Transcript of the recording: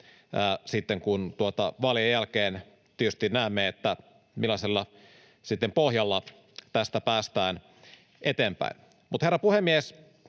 sitten, kun vaalien jälkeen tietysti näemme, millaisella pohjalla tästä päästään eteenpäin. Herra puhemies!